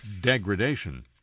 degradation